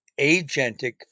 agentic